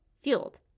fueled